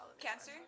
Cancer